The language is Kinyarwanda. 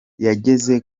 yageze